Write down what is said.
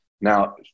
Now